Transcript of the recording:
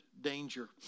danger